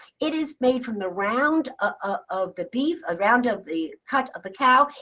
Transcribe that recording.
it is made from the round ah of the beef, a round of the cut of the cow.